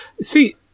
See